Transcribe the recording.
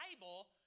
Bible